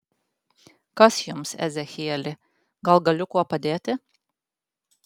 kas jums ezechieli gal galiu kuo padėti